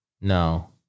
No